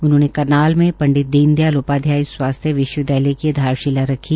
उन्होंने करनाल में पंडित दीनदयाल उपाध्याय स्वास्थ्य विश्वविदयालय की आधारशिला रखी